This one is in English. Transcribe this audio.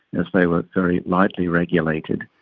as they were very lightly regulated.